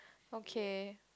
okay